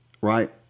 right